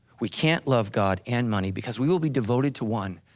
we can't love god and money because we will be devoted to one.